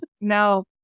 No